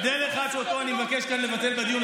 הבדל אחד שאני מבקש לבטל כאן בדיון,